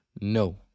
No